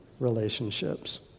relationships